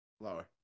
lower